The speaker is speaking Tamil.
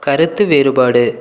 கருத்து வேறுபாடு